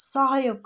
सहयोग